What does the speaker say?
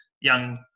young